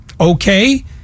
okay